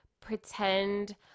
pretend